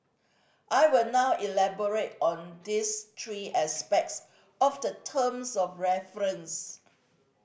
I will now elaborate on these three aspects of the terms of reference